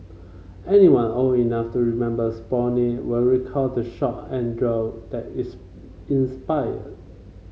anyone old enough to remember Sputnik will recall the shock and that its inspired